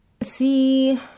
see